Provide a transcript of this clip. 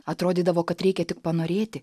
atrodydavo kad reikia tik panorėti